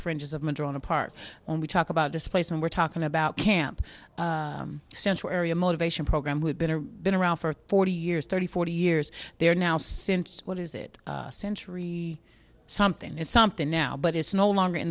fringes of madrone a part when we talk about displacement we're talking about camp central area motivation program we've been or been around for forty years thirty forty years there now since what is it a century something is something now but it's no longer in